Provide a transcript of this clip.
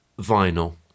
vinyl